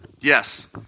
Yes